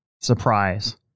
surprise